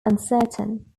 uncertain